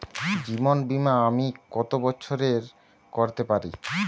জীবন বীমা আমি কতো বছরের করতে পারি?